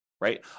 right